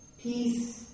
peace